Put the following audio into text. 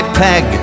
peg